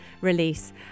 release